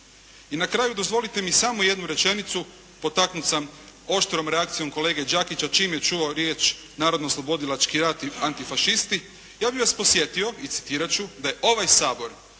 I na kraju dozvolite mi samo jednu rečenicu potaknut sam oštrom reakcijom kolege Đakića čim je čuo riječ narodnooslobodilački rat i antifašisti. Ja bih vas podsjetio i citirat ću da je ovaj Sabor